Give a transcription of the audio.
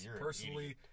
personally